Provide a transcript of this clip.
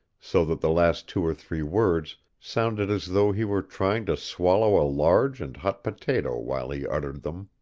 so that the last two or three words sounded as though he were trying to swallow a large and hot potato while he uttered them.